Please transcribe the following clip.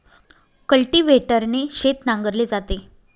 कल्टिव्हेटरने शेत नांगरले जाते